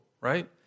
right